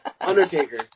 Undertaker